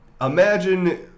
Imagine